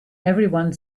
everyone